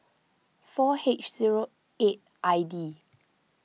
four H zero eight I D